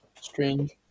Strange